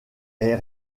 est